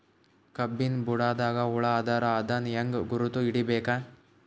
ಕಬ್ಬಿನ್ ಬುಡದಾಗ ಹುಳ ಆದರ ಅದನ್ ಹೆಂಗ್ ಗುರುತ ಹಿಡಿಬೇಕ?